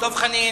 דב חנין?